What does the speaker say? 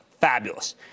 fabulous